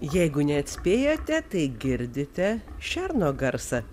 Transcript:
jeigu neatspėjote tai girdite šerno garsą